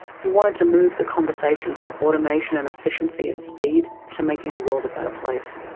he wanted to move the conversation from automation and efficiency, and speed, to making the world a better place.